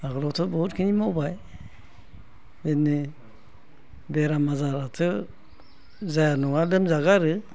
आगोलावथ' बहुदखिनि मावबाय ओरैनो बेराम आजाराथ' जाया नङा जायो आरो